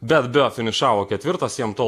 bet bjo finišavo ketvirtas jam to